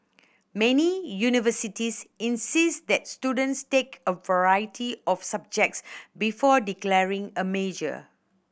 many universities insist that students take a variety of subjects before declaring a major